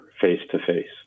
face-to-face